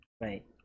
right